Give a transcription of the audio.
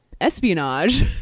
espionage